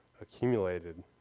accumulated